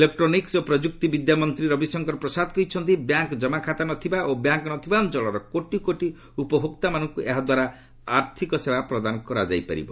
ଇଲେକ୍କୋଟିକ୍ୱ ଓ ପ୍ରଯୁକ୍ତି ବିଦ୍ୟାମନ୍ତୀ ରବିଶଙ୍କର ପ୍ରସାଦ କହିଛନ୍ତି ବ୍ୟାଙ୍କ୍ ଜମାଖାତା ନଥିବା ଓ ବ୍ୟାଙ୍କ୍ ନଥିବା ଅଞ୍ଚଳର କୋଟି କୋଟି ଉପଭୋକ୍ତାମାନଙ୍କୁ ଏହାଦ୍ୱାରା ଆର୍ଥିକ ସେବା ପ୍ରଦାନ କରାଯାଇ ପାରିବ